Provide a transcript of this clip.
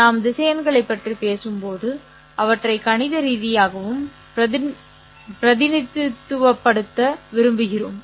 நாம் திசையன்களைப் பற்றி பேசும்போது அவற்றை கணித ரீதியாகவும் பிரதிநிதித்துவப்படுத்த விரும்புகிறோம்